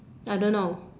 I don't know